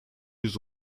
yüz